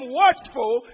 watchful